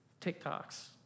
TikToks